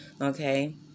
okay